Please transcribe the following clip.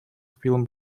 film